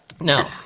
Now